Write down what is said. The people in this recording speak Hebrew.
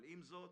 עם זאת,